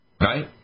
Right